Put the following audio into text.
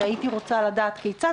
והייתי רוצה לדעת כיצד.